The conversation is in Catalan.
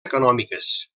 econòmiques